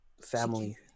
family